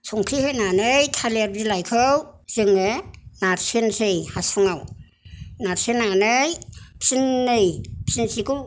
संख्रि होनानै थालिर बिलाइखौ जोङो नारसोनोसै हासुङाव नारसिननानै फिननै फिनसेखौ